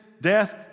death